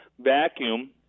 vacuum